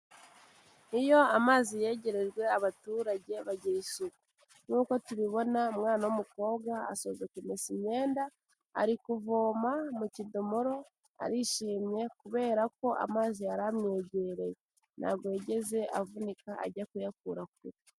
Iyo amazi yegerejwe abaturage bagira isuku nk'uko tubibona umwana w'umukobwa asoje kumesa imyenda ari kuvoma mu kidomoro arishimye kubera ko amazi yaramwegereye, ntabwo yigeze avunika ajya kuyakura kure.